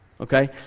okay